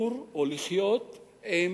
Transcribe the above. לחיות עם